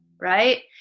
right